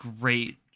great